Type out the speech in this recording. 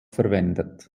verwendet